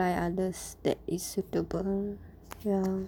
find others that is suitable ya